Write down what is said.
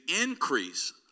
increase